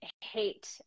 hate